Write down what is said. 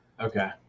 Okay